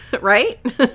Right